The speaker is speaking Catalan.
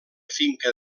finca